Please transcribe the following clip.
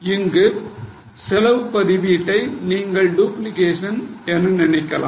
இங்கு செலவு பதிவிடை நீங்கள் டுப்ளிகேஷன் என்று நினைக்கலாம்